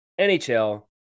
NHL